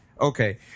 Okay